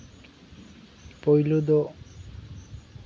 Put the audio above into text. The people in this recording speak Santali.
ᱯᱳᱭᱞᱳ ᱫᱚ